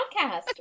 podcast